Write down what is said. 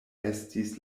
estis